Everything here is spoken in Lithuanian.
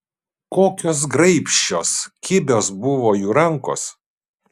kokios graibščios kibios buvo jų rankos